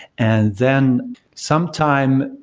and then some time,